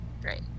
Great